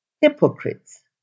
hypocrites